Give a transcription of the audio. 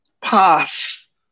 paths